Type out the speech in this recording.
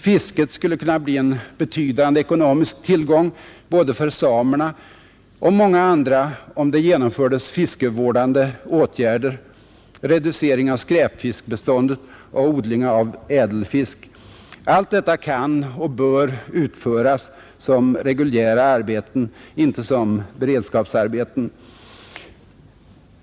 Fisket skulle kunna bli en betydande ekonomisk tillgång för både samerna och många andra, om det genomfördes fiskevårdande åtgärder — reducering av skräpfiskbeståndet och odling av ädelfisk. Allt detta kan och bör utföras som reguljära arbeten, inte som beredskapsarbeten.